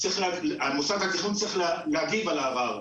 מוסד התכנון צריך להגיב על הערר.